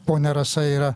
ponia rasa yra